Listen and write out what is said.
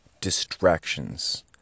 distractions